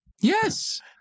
yes